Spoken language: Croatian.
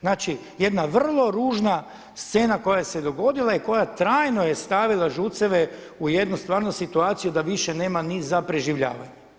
Znači jedna vrlo ružna scena koja se dogodila i koja trajno je stavila ŽUC-eve u jednu stvarno situaciju da više nema ni za preživljavanje.